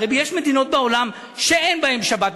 הרי יש מדינות בעולם שאין בהן שבת,